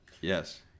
Yes